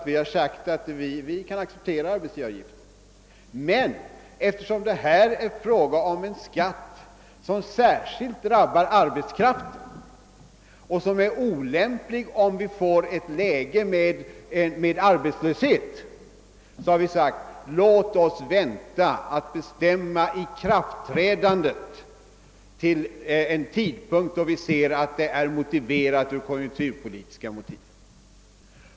Vi kan acceptera arbetsgivaravgiften, men eftersom det här är fråga om en skatt som särskilt drabbar arbetskraften och som är olämplig i ett arbetslöshetsläge, har vi sagt att man kan vänta med att bestämma ikraftträdandet tills det förefaller motiverat från konjunkturpolitisk synpunkt.